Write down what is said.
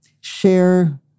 share